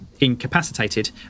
incapacitated